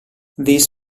this